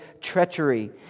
treachery